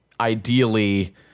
ideally